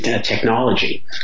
technology